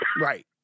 Right